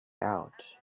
out